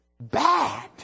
bad